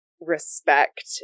respect